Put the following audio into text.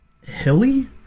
hilly